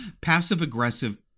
passive-aggressive